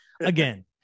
again